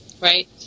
Right